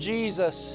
Jesus